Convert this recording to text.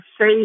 say